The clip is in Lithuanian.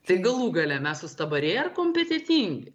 tai galų gale mes sustabarėję ar kompetentingi